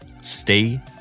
stay